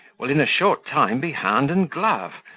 will in a short time be hand and glove,